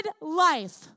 life